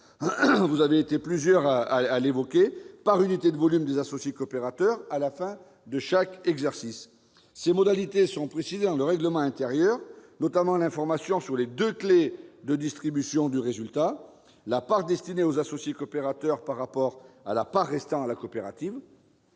les modalités de rémunération par unité de volume des associés coopérateurs à la fin de chaque exercice. Ces modalités sont précisées dans le règlement intérieur, notamment l'information sur les deux clés de distribution du résultat : la part destinée aux associés coopérateurs par rapport à la part restant à la coopérative-